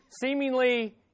seemingly